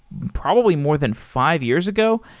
probably more than five years ago.